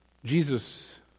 Jesus